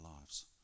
lives